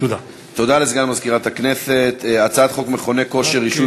הודעה לסגן מזכירת הכנסת, בבקשה.